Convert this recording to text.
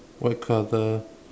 white colour